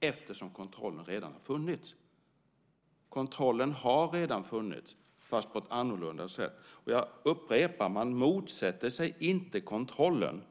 eftersom kontrollen redan har funnits. Kontrollen har redan funnits fast på ett annorlunda sätt. Jag upprepar: Man motsätter sig inte kontrollen.